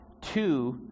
two